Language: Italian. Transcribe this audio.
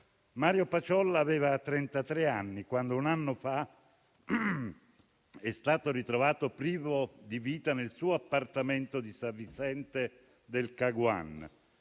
Mario Paciolla aveva trentatré anni quando, un anno fa, è stato ritrovato privo di vita nel suo appartamento di San Vicente del Caguan.